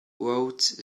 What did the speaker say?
roads